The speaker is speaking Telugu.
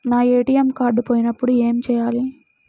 నా ఏ.టీ.ఎం కార్డ్ పోయినప్పుడు ఏమి చేయాలి?